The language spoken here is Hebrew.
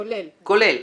לא, כולל.